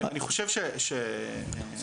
אני חושב שעוד פעם,